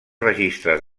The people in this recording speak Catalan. registres